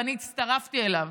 ואני הצטרפתי אליו.